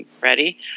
ready